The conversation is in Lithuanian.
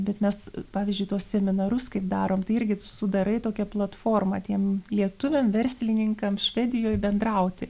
bet mes pavyzdžiui tuos seminarus kaip darom tai irgi sudarai tokią platformą tiem lietuviam verslininkam švedijoj bendrauti